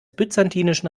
byzantinischen